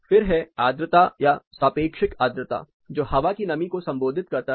फिर है आद्रता या सापेक्षिक आद्रता जो हवा की नमी को संबोधित करता है